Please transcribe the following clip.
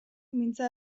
mintza